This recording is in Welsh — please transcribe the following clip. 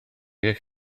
eich